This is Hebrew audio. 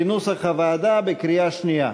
כנוסח הוועדה, בקריאה שנייה.